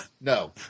No